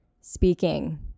speaking